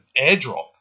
airdrop